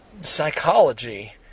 psychology